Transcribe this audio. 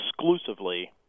exclusively